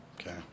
okay